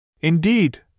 Indeed